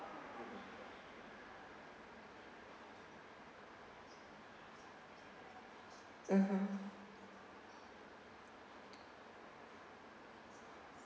mmhmm